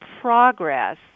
progress